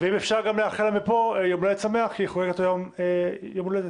ואם אפשר גם לאחל לה מפה יום הולדת שמח כי היא חוגגת היום יום הולדת,